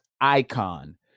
icon